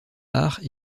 arts